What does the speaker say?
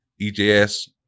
EJS